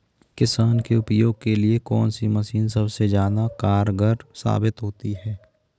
किसान के उपयोग के लिए कौन सी मशीन सबसे ज्यादा कारगर साबित होती है?